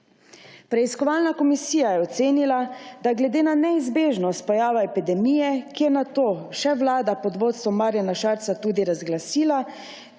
Preiskovalna komisija je ocenila, da glede na neizbežnost pojava epidemije, ki jo je nato še vlada, pod vodstvom Marjana Šarca, tudi razglasila,